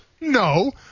No